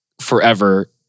forever